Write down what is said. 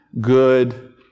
good